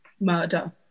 murder